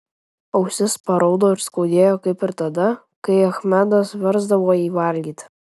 ausis paraudo ir skaudėjo kaip ir tada kai achmedas versdavo jį valgyti